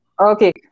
okay